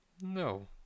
No